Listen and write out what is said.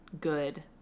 good